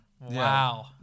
Wow